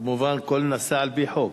מובן שהכול נעשה על-פי חוק.